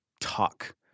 talk